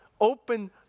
open